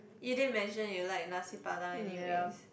you didn't mention you like nasi-padang anyways